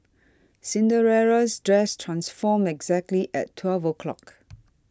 Cinderella's dress transformed exactly at twelve o'clock